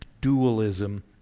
dualism